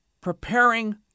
preparing